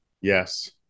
yes